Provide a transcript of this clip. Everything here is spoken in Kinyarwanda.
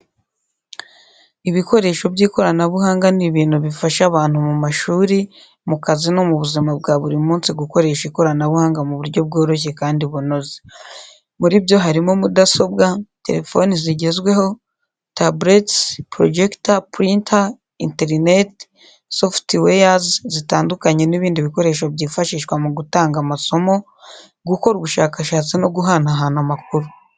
Ibikoresho by’ikoranabuhanga ni ibintu bifasha abantu mu mashuri, mu kazi no mu buzima bwa buri munsi gukoresha ikoranabuhanga mu buryo bworoshye kandi bunoze. Muri byo harimo mudasobwa, telefoni zigezweho, tablets, projector, printer, interineti, softwares zitandukanye n’ibindi bikoresho byifashishwa mu gutanga amasomo, gukora ubushakashatsi no guhanahana amakuru.